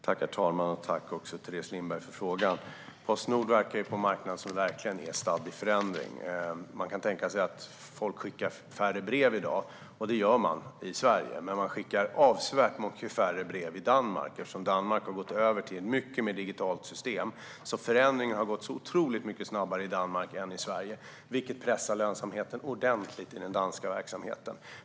Herr talman! Tack, Teres Lindberg, för frågan! Postnord verkar på en marknad som verkligen är stadd i förändring. Man kan tänka sig att folk skickar färre brev i dag, och det gör man i Sverige. Men man skickar ännu färre brev i Danmark, eftersom Danmark har gått över till ett mycket mer digitalt system. Förändringen har alltså gått otroligt mycket snabbare i Danmark än i Sverige, vilket pressar lönsamheten ordentligt i den danska verksamheten.